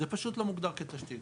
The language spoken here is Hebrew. זה פשוט לא מוגדר כתשתית.